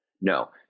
No